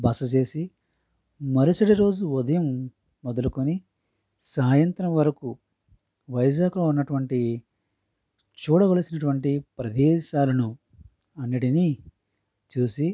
బస చేసి మరుసటి రోజు ఉదయం మొదలుకొని సాయంత్రం వరకు వైజాగ్లో ఉన్నటువంటి చూడవలసినటువంటి ప్రదేశాలను అన్నింటినీ చూసి